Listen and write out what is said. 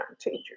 teachers